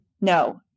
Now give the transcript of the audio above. no